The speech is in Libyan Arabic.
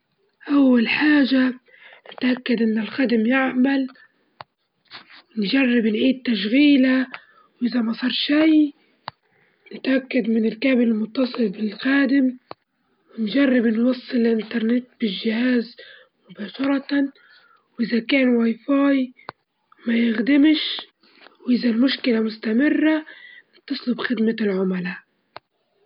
أول حاجة بنحط الحاجات التجيلة من تحت زي الكنادر أو الكتب، وبعدين نخلي الملابس المكوية فوجيها ونحاول نحط الملابس ونكدسها بطريقة مريحة ونخلي الأغراض الصغيرة في الزوايا والجيوب.